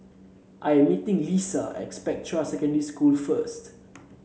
I am meeting Leesa at Spectra Secondary School first